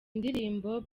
indirimbo